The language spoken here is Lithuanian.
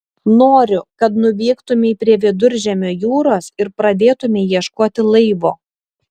noriu kad nuvyktumei prie viduržemio jūros ir pradėtumei ieškoti laivo